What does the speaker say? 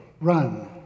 run